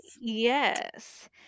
Yes